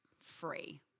free